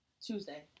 Tuesday